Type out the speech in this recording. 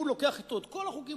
הוא לוקח אתו את כל החוקים,